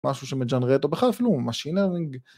משהו שמג'נרט בכלל, אפילו משין-לרנינג